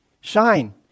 Shine